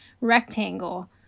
rectangle